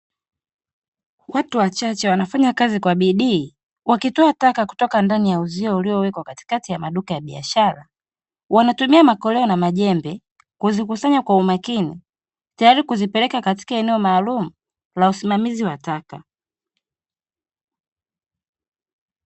Watui wachache wanafanya kazi kwa bidii wakitoa taka kutoka ndani ya uzio uliowekwa katikati ya maduka ya biashara, wanatumia makoleo na majembe kuzikusanya kwa umakini, tayari kuzipeleka katika eneo maalumu la usimamizi wa taka.